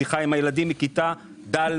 שיחה עם הילדים מכיתה ד',